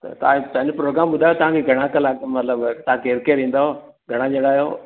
त तव्हां पंहिंजो प्रोग्राम ॿुधायो तव्हांखे घणा कलाक मतिलबु तव्हांखे केरु केरु ईंदव घणा ॼणा आहियो